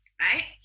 right